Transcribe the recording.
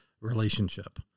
relationship